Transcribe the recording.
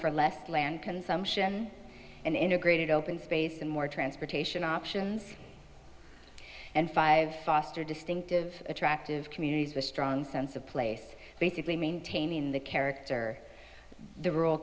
for less land consumption and integrated open space and more transportation options and five foster distinctive attractive communities with a strong sense of place basically maintaining the character the rural